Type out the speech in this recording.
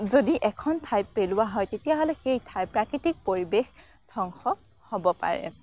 যদি এখন ঠাইত পোলোৱা হয় তেতিয়াহ'লে সেই ঠাইৰ প্ৰাকৃতিক পৰিৱেশ ধ্বংস হ'ব পাৰে